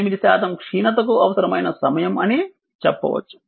8 శాతం క్షీణత కు అవసరమైన సమయం అని చెప్పవచ్చు